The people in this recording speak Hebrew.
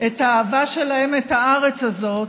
את האהבה שלהם את הארץ הזאת,